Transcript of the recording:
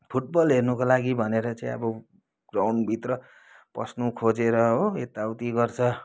football हर्नुको लागि भनेर चाहिँ अब ग्राउन्डभित्र पस्नु खोजेर हो यता उती गर्छ